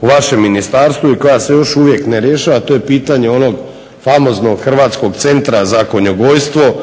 u vašem ministarstvu i koja se još uvijek ne rješava, a to je pitanje onog famoznog Hrvatskog centra za konjogojstvo